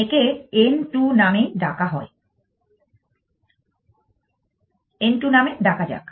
একে n 2 নামেই ডাকা যাক